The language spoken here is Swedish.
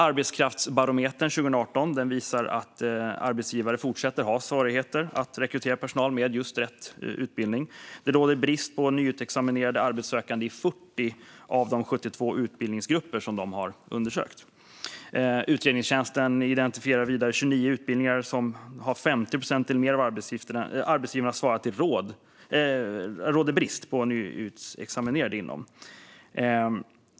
Arbetskraftsbarometern 2018 visar att arbetsgivare fortsätter att ha svårigheter att rekrytera personal med rätt utbildning. Det råder brist på nyutexaminerade arbetssökande i 40 av de 72 utbildningsgrupper som de har undersökt. Enligt utredningstjänsten svarar 50 procent av arbetsgivarna att det råder brist på nyutexaminerade från 29 av utbildningarna.